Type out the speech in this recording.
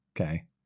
okay